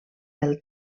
del